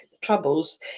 troubles